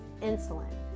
insulin